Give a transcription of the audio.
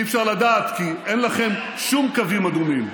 אי-אפשר לדעת, כי אין לכם שום קווים אדומים.